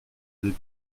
des